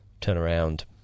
turnaround